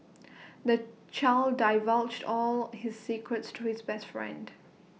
the child divulged all his secrets to his best friend